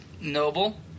noble